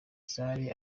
zari